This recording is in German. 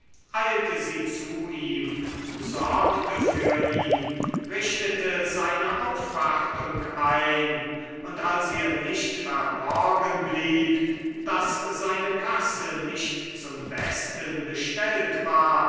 eilte sie zu ihm sorgte für ihn richtete seine aufwartung ein und als ihr nicht verborgen blieb daß seine kasse nicht zum besten bestellt war